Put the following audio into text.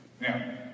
Now